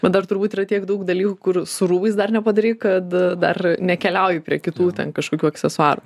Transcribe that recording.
bet dar turbūt yra tiek daug dalykų kur su rūbais dar nepadarei kad dar nekeliauju prie kitų ten kažkokių aksesuarų